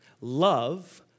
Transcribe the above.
love